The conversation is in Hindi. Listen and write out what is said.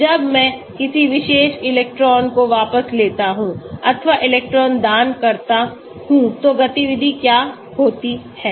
जब मैं किसी विशेष इलेक्ट्रॉन को वापस लेता हूं अथवा इलेक्ट्रॉन दान करता हूं तो गतिविधि क्या होती है